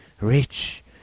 Rich